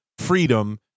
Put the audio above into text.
freedom